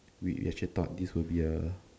we actually thought that this will be a